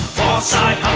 foresight